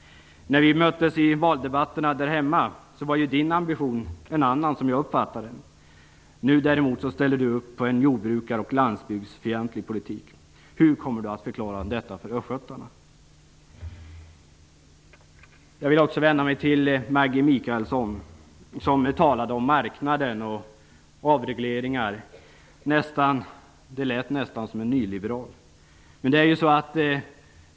När vi möttes i valdebatterna hemma var Inge Carlssons ambition en annan, som jag upppfattade det. Nu ställer han däremot upp på en jordbrukar och landsbygdsfientlig politik. Hur kommer Inge Carlsson att förklara detta för östgötarna? Jag vill också vända mig till Maggi Mikaelsson, som talade om marknaden och avregleringar. Hon lät nästan som en nyliberal.